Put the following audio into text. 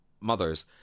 mother's